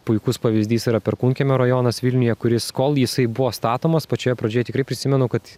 puikus pavyzdys yra perkūnkiemio rajonas vilniuje kuris kol jisai buvo statomas pačioje pradžioje tikrai prisimenu kad